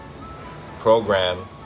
program